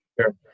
Sure